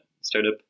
startup